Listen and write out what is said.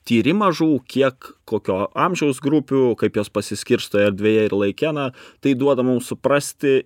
tyrimą žuvų kiek kokio amžiaus grupių kaip jos pasiskirsto erdvėje ir laike na tai duoda mum suprasti